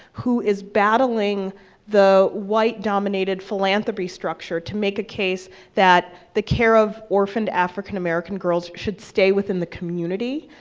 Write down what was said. who is battling the white-dominated philanthropy structure to make a case that the care of orphaned african-american girls should stay within the community,